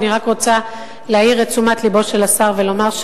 ואני מבקשת לשוב ולדון בעניין,